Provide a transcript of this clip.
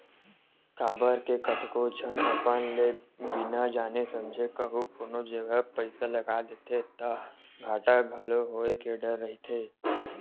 काबर के कतको झन अपन ले बिना जाने समझे कहूँ कोनो जगा पइसा लगा देथे ता घाटा घलो होय के डर रहिथे